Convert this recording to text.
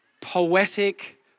poetic